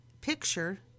picture